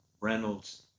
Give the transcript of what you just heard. Reynolds